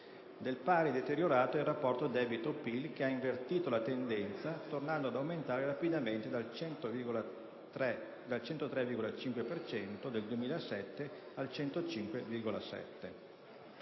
Del pari deteriorato è il rapporto debito/PIL che ha invertito la tendenza, tornando ad aumentare rapidamente dal 103,5 per cento del 2007 al 105,7.